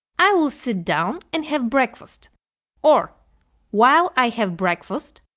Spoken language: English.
i will sit down and have breakfast or while i have breakfast,